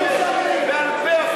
לקואליציה.